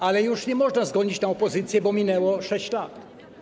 Ale już nie można zgonić tego na opozycję, bo minęło 6 lat.